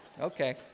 okay